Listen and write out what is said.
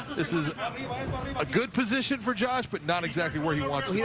this is a good position for josh, but not exactly where he yeah